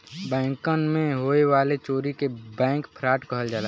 बैंकन मे होए वाले चोरी के बैंक फ्राड कहल जाला